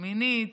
מינית.